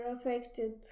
affected